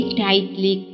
tightly